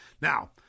Now